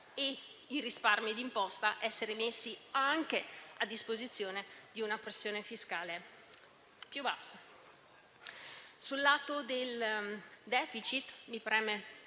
risparmi di imposta anche a disposizione di una pressione fiscale più bassa. Sul lato del *deficit* mi preme